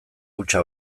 hutsa